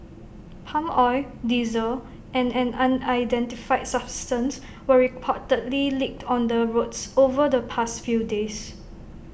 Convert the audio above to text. palm oil diesel and an unidentified substance were reportedly leaked on the roads over the past few days